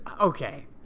Okay